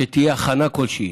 שתהיה הכנה כלשהי.